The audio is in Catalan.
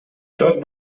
tot